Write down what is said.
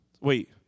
Wait